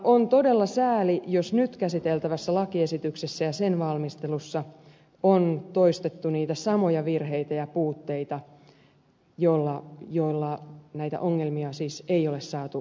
on todella sääli jos nyt käsiteltävässä lakiesityksessä ja sen valmistelussa on toistettu niitä samoja virheitä ja puutteita joilla näitä ongelmia ei siis ole saatu vähenemään